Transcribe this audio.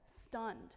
stunned